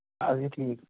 ਅਸੀਂ ਠੀਕ